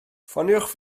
ffoniwch